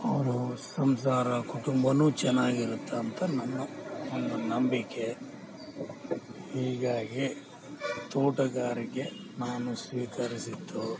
ಅವನು ಸಂಸಾರ ಕುಟಂಬ ಚೆನ್ನಾಗಿರುತ್ತಂತ ನನ್ನ ಒಂದು ನಂಬಿಕೆ ಹೀಗಾಗಿ ತೋಟಗಾರಿಕೆ ನಾನು ಸ್ವೀಕರಿಸಿದ್ದು